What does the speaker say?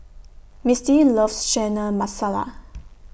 Mistie loves Chana Masala